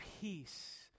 peace